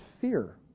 fear